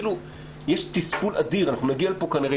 יש תסכול אדיר אנחנו נגיע לפה כנראה,